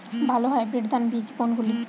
ভালো হাইব্রিড ধান বীজ কোনগুলি?